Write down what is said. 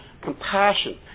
compassion